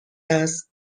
است